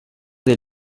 dès